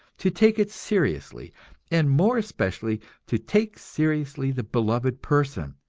to take it seriously and more especially to take seriously the beloved person,